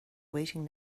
waiting